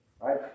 right